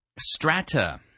Strata